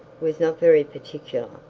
was not very particular,